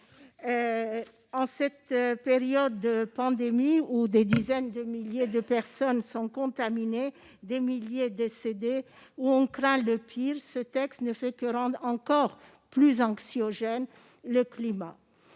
En cette période de pandémie, où des dizaines de milliers de personnes sont contaminées, où des milliers sont décédées et où l'on craint le pire, un tel texte ne fait que rendre le climat plus anxiogène encore.